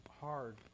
hard